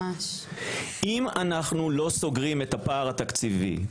אם אנחנו לא סוגרים את הפער התקציבי,